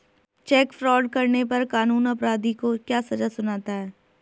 Check fraud करने पर कानून अपराधी को क्या सजा सुनाता है?